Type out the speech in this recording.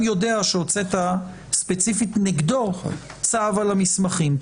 יודע שהוצאת ספציפית נגדו צו על המסמכים.